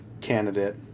candidate